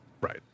Right